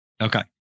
Okay